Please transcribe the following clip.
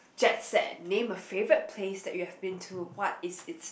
Jet set name a favourite place that you have been to what is it